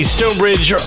Stonebridge